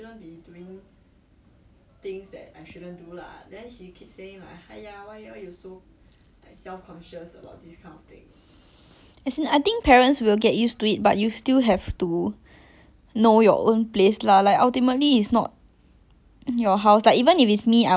as in I think parents will get used to it but you still have to know your own place lah like ultimately is not in your house like even if it's me I also will 继续演戏 as in it's not like super fake but like you cannot be as comfortable as your own house I feel